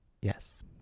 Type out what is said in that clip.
yes